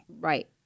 Right